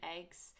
eggs